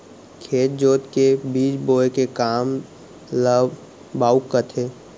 खेत जोत के बीज बोए के काम ल बाउक कथें